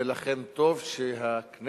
ולכן טוב שהכנסת,